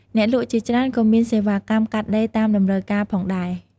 អ្នកលក់ជាច្រើនក៏មានសេវាកម្មកាត់ដេរតាមតម្រូវការផងដែរ។